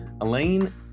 Elaine